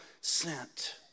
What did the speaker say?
sent